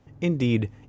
indeed